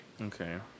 okay